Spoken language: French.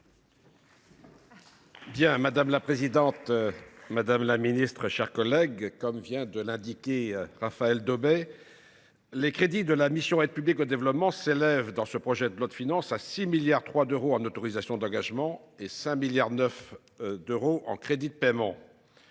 Madame la présidente, madame la ministre, mes chers collègues, comme vient de l’indiquer Raphaël Daubet, les crédits de la mission « Aide publique au développement » s’élèvent dans ce projet de loi de finances à 6,3 milliards d’euros en autorisations d’engagement et à 5,9 milliards d’euros en crédits de paiement.